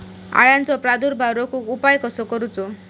अळ्यांचो प्रादुर्भाव रोखुक उपाय कसो करूचो?